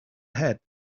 had